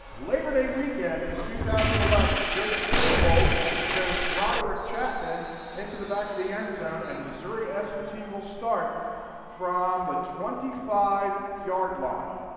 labor day weekend in two thousand and eleven. joe tjosvold sends roderick chapman into the back of the end zone. and missouri s and t will start from the twenty five yard line.